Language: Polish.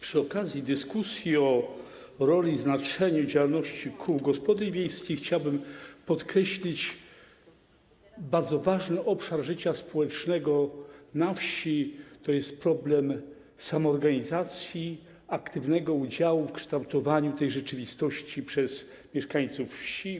Przy okazji dyskusji o roli i znaczeniu działalności kół gospodyń wiejskich chciałbym podkreślić bardzo ważny obszar życia społecznego na wsi - to jest problem samoorganizacji, aktywnego udziału w kształtowaniu tej rzeczywistości przez mieszkańców wsi.